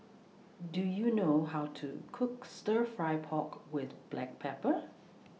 Do YOU know How to Cook Stir Fry Pork with Black Pepper